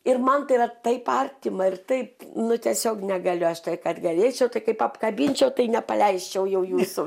ir man tai yra taip artima ir taip nu tiesiog negaliu aš taip kad galėčiau tai kaip apkabinčiau tai nepaleisčiau jau jūsų